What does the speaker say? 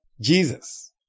Jesus